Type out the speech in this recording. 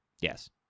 yes